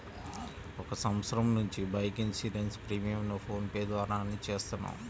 ఒక సంవత్సరం నుంచి బైక్ ఇన్సూరెన్స్ ప్రీమియంను ఫోన్ పే ద్వారానే చేత్తన్నాం